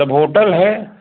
सब होटल है